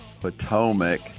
Potomac